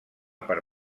per